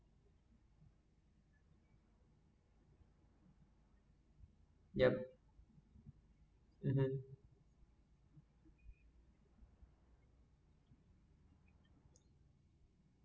yup (uh huh)